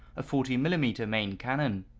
a forty mm um but main cannon.